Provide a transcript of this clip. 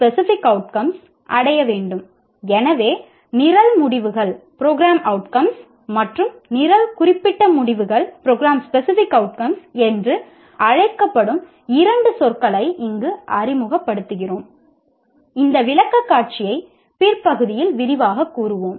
NAAC என்று அழைக்கப்படும் இரண்டு சொற்களை இங்கு அறிமுகப்படுத்துகிறோம் இந்த விளக்கக்காட்சியை பிற்பகுதியில் விரிவாகக் கூறுவோம்